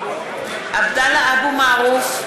(קוראת בשמות חברי הכנסת) עבדאללה אבו מערוף,